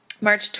March